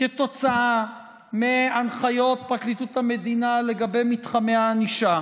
כתוצאה מהנחיות פרקליטות המדינה לגבי מתחמי הענישה,